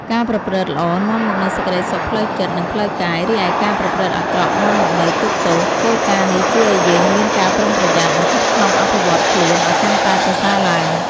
ការប្រព្រឹត្តល្អនាំមកនូវសេចក្តីសុខផ្លូវចិត្ត និងផ្លូវកាយ រីឯការប្រព្រឹត្តអាក្រក់នាំមកនូវទុក្ខទោស។ គោលការណ៍នេះជួយឲ្យយើងមានការប្រុងប្រយ័ត្ន និងខិតខំអភិវឌ្ឍខ្លួនឲ្យកាន់តែប្រសើរឡើង។